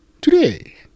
Today